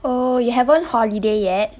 oh you haven't holiday yet